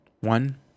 One